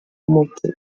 mutig